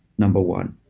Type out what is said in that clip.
number one.